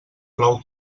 plou